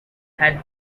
had